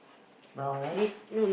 more rice